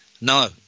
No